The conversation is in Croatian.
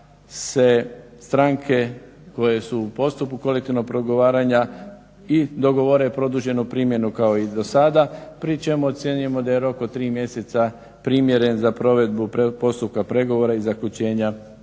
se stranke koje su u postupku kolektivnog pregovaranja i dogovore produženu primjenu kao i do sada pri čemu ocjenjujemo da je rok od tri mjeseca primjeren za provedbu postupka pregovora i zaključenja novog